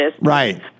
right